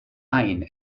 ajn